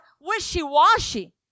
wishy-washy